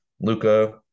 Luca